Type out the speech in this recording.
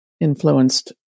influenced